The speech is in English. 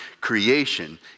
Creation